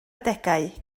adegau